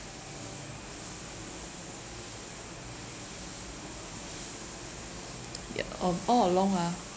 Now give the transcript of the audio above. yeah um all along ah